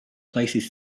places